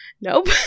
Nope